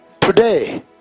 today